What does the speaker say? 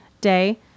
Day